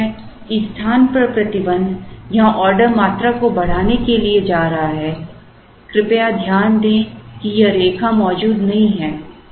स्पष्ट है कि स्थान पर प्रतिबंध यहां ऑर्डर मात्रा को बढ़ाने के लिए जा रहा है कृपया ध्यान दें कि यह रेखा मौजूद नहीं है